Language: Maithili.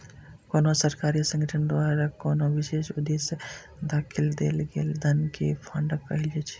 कोनो सरकार या संगठन द्वारा कोनो विशेष उद्देश्य खातिर देल गेल धन कें फंडिंग कहल जाइ छै